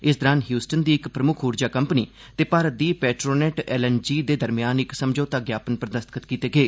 इस दौरान ह्यूस्टन दी इक प्रमुक्ख ऊर्जा कम्पनी ते भारत दी पेट्रोनेट एलएनजी दे दरम्यान इक समझौता ज्ञापन उप्पर दस्तख्त कीते गे